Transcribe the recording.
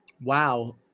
Wow